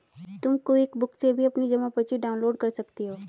तुम क्विकबुक से भी अपनी जमा पर्ची डाउनलोड कर सकती हो